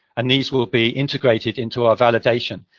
and these will be integrated into our validation.